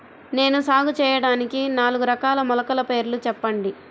నేను సాగు చేయటానికి నాలుగు రకాల మొలకల పేర్లు చెప్పండి?